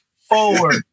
forward